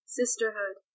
sisterhood